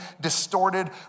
distorted